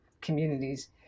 communities